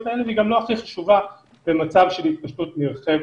האלה והיא גם לא הכי חשובה במצב של התפשטות נרחבת.